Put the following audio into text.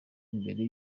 mbere